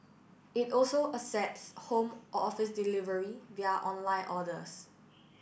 it also accepts home or office delivery via online orders